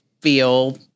feel